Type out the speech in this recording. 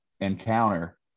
encounter